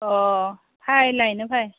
अ फाय लायनो फाय